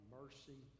mercy